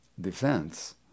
defense